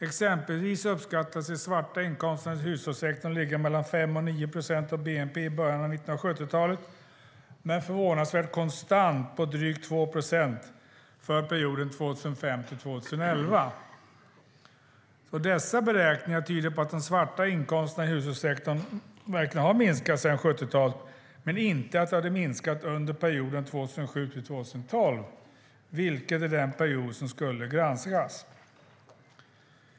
Exempelvis uppskattades de svarta inkomsterna i hushållssektorn ligga mellan 5 och 9 procent av bnp i början av 1970-talet men förvånansvärt konstant på drygt 2 procent för perioden 2005-2011. Dessa beräkningar tyder på att de svarta inkomsterna i hushållssektorn verkligen har minskat sedan 1970-talet, men inte under perioden 2007-2012, vilket är den period som skulle granskas.